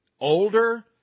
older